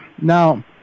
Now